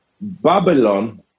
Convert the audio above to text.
Babylon